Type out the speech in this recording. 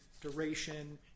duration